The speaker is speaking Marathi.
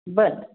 बरं